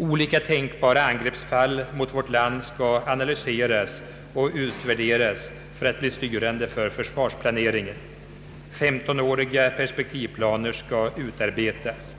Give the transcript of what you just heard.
Olika tänkbara angreppsfall mot vårt land skall analyseras och utvärderas för att bli styrande för försvarsplaneringen. 15-åriga perspektivplaner skall utarbetas.